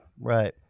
Right